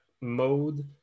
mode